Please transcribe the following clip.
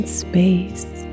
space